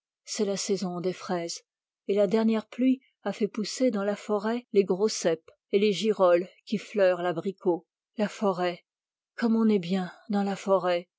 c'est la saison des fraises et la dernière pluie a fait pousser dans la forêt les girolles qui fleurent l'abricot la forêt comme on est bien dans la forêt